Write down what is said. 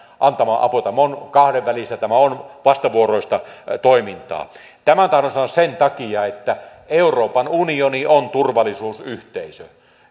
apua tämä on kahdenvälistä tämä on vastavuoroista toimintaa tämän tahdon sanoa sen takia että euroopan unioni on turvallisuusyhteisö